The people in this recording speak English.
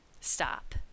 Stop